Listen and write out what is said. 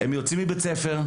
הם יוצאים מבית הספר,